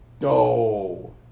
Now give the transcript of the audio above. No